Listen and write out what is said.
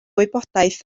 wybodaeth